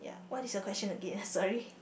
what is your question again sorry